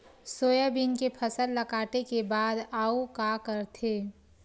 Soybean के फसल ल काटे के बाद आऊ का करथे?